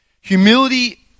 Humility